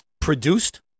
produced